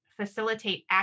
facilitate